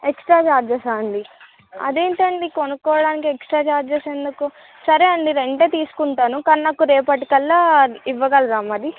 extra చార్జెసా అండి అదేంటండి కొనుక్కోవడానికి ఎక్స్ట్రా చార్జెస్ ఎందుకు సరే అండి రెంటే తీసుకుంటాను కానీ నాకు రేపటి కల్లా ఇవ్వగలరాామరి